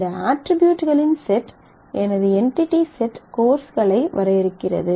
இந்த அட்ரிபியூட்களின் செட் எனது என்டிடி செட் கோர்ஸ்களை வரையறுக்கிறது